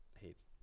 hates